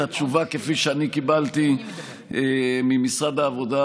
התשובה כפי שאני קיבלתי ממשרד העבודה,